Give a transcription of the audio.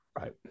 right